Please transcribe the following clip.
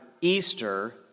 Easter